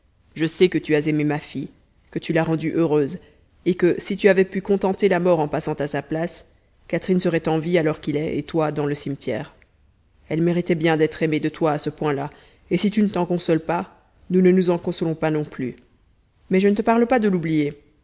je sais que tu as aimé ma fille que tu l'as rendue heureuse et que si tu avais pu contenter la mort en passant à sa place catherine serait en vie à l'heure qu'il est et toi dans le cimetière elle méritait bien d'être aimée de toi à ce point-là et si tu ne t'en consoles pas nous ne nous en consolons pas non plus mais je ne te parle pas de l'oublier